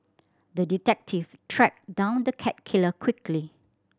the detective tracked down the cat killer quickly